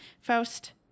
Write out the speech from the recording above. Faust